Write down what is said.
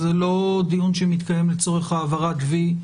זה לא דיון שמתקיים לצורך העברת וי,